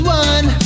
one